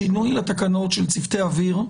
שינוי התקנות של צוותי אוויר,